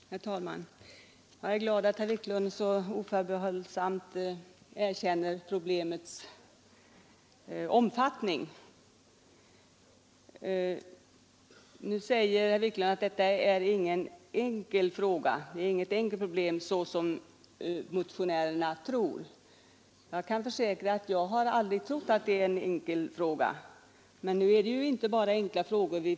Herr talman! Jag är glad att herr Wiklund i Stockholm så oförbehållsamt erkänner problemets omfattning, men han säger samtidigt att det inte är så enkelt som motionärerna tror. Jag kan försäkra att jag aldrig trott att det är så enkelt, men i riksdagen försöker vi ju lösa inte bara de enkla problemen.